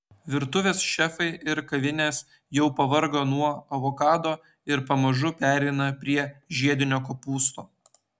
virtuvės šefai ir kavinės jau pavargo nuo avokado ir pamažu pereina prie žiedinio kopūsto